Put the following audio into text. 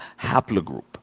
haplogroup